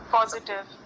Positive